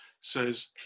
says